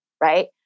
right